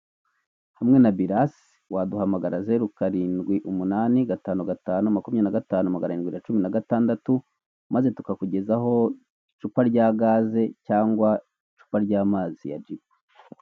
Hamwe na bilasi waduhamagara zeru karindwi umunani gatanu gatanu, makumyabiri na gatanu magana rindwi na cumi na gatandatu maze tukakugezaho icupa rya gaze cyangwa icupa ry'amazi ya jibo.